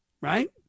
right